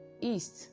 east